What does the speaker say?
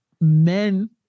men